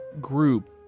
group